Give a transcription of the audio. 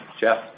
Jeff